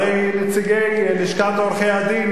הרי נציגי לשכת עורכי-הדין,